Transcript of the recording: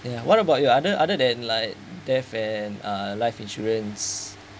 ya what about your other other than like death and uh life insurance